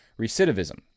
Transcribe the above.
recidivism